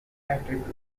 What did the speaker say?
attributes